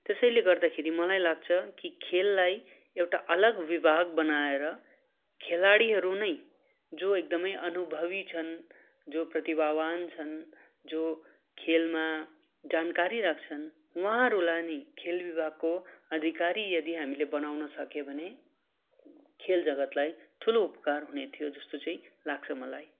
त्यसैले गर्दाखेरि मलाई लाग्छ कि खेललाई एउटा अलग विभाग बनाएर खेलाडीहरू नै जो एकदमै अनुभवी छन् जो प्रतिभावान् छन् जो खेलमा जानकारी राख्छन् उहाँहरूलाई नै खेल विभागको अधिकारी यदि हामीले बनाउन सक्यौँ भने खेल जगत्लाई ठुलो उपकार हुने थियो जस्तो चाहिँ लाग्छ मलाई